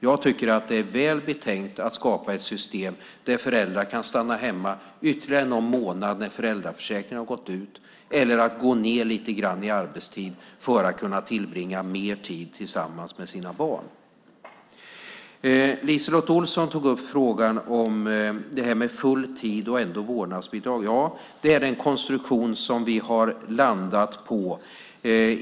Jag tycker att det är väl betänkt att skapa ett system där föräldrar kan stanna hemma ytterligare någon månad när föräldraförsäkringen har gått ut eller att gå ned lite grann i arbetstid för att kunna tillbringa mer tid tillsammans med sina barn. LiseLotte Olsson tog upp frågan om full tid och ändå vårdnadsbidrag. Det är den konstruktion som vi har landat på.